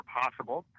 possible